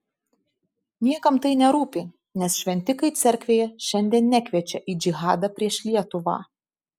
niekam tai nerūpi nes šventikai cerkvėje šiandien nekviečia į džihadą prieš lietuvą